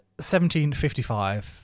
1755